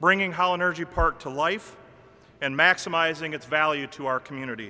bringing how energy park to life and maximizing its value to our community